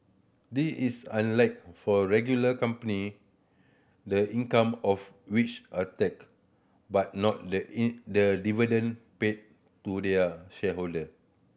this is unlike for regular company the income of which are tax but not the in the dividend paid to their shareholder